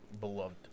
beloved